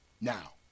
Now